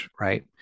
right